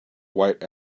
white